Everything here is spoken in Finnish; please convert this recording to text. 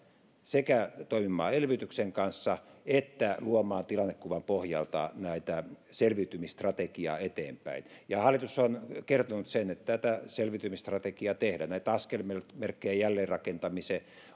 sekä toimimaan elvytyksen kanssa että luomaan tilannekuvan pohjalta selviytymisstrategiaa eteenpäin ja hallitus on kertonut sen että tätä selviytymisstrategiaa tehdään näitä askelmerkkejä jälleenrakentamisen